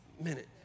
minute